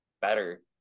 better